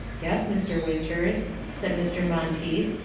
yes, mr. winters, said mr. monteith,